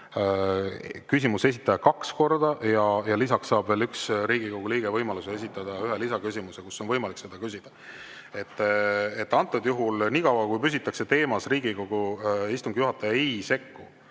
küsimuse kaks korda ja lisaks saab veel üks Riigikogu liige võimaluse esitada ühe lisaküsimuse, kus on võimalik seda küsida. Nii kaua, kui püsitakse teemas, Riigikogu istungi juhataja ei sekku